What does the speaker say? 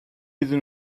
iddyn